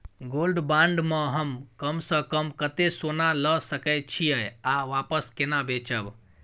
Gold bond म हम कम स कम कत्ते सोना ल सके छिए आ वापस केना बेचब?